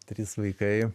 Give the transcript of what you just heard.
trys vaikai